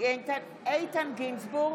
איתן גינזבורג,